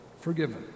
forgiven